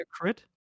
crit